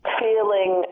feeling